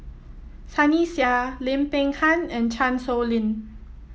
Sunny Sia Lim Peng Han and Chan Sow Lin